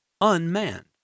unmanned